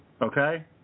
Okay